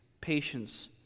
patience